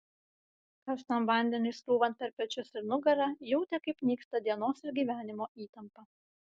karštam vandeniui srūvant per pečius ir nugarą jautė kaip nyksta dienos ir gyvenimo įtampa